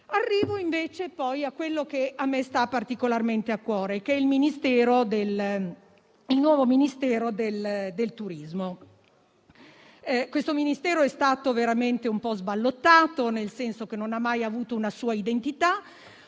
Arrivo adesso a ciò che a me sta particolarmente a cuore, il nuovo Ministero del turismo. Questo Ministero è stato un po' sballottato, nel senso che non ha mai avuto una sua identità.